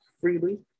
freely